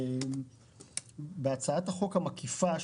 בהצעת החוק המקיפה,